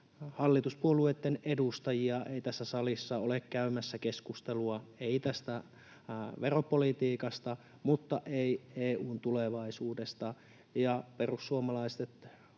hallituspuolueitten edustajia ei tässä salissa ole käymässä keskustelua, ei tästä veropolitiikasta mutta ei EU:n tulevaisuudestakaan.